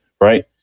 right